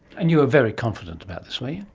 and you were very confident about this, were you?